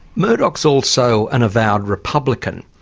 murdoch's also an avowed republican.